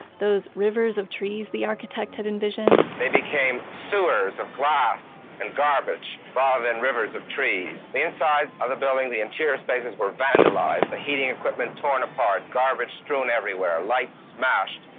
those rivers of trees the architect had envisioned they became sewers of glass and garbage far ah than rivers of trees. the insides of the building, the interior spaces were vandalized. the heating equipment torn apart, garbage-strewn everywhere, lights smashed,